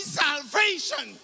salvation